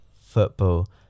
football